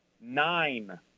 Nine